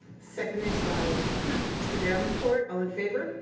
seconded by mr. davenport. all in favor?